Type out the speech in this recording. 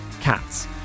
cats